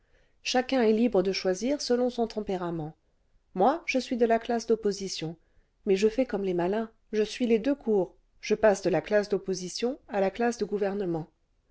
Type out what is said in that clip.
chacun est libre de choisir selon son tempérament moi je suis de la classe d'opposition mais je fais comme les malins je suis les deux cours je passe de la classe d'opposition à la classe de gouvernement